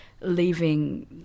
leaving